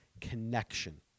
connection